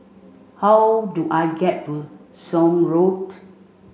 how do I get to Somme Road